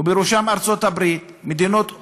ובראשן ארצות-הברית, מדינות אירופה,